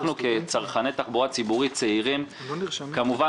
כצרכני תחבורה ציבורית צעירים כמובן